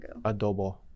Adobo